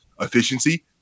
efficiency